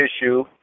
issue